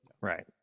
Right